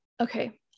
Okay